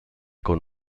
con